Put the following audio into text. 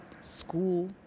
school